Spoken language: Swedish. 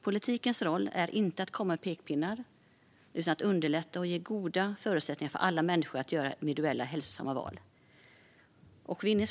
Politikens roll är inte att komma med pekpinnar utan att underlätta och ge goda förutsättningar för alla människor att göra individuella hälsosamma val. Fru talman!